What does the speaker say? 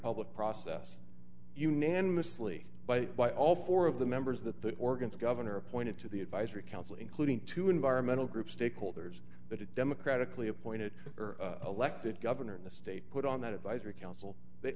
public process unanimously by by all four of the members of the organs governor appointed to the advisory council including two environmental groups stakeholders that a democratically appointed elected governor in the state put on that advisory council they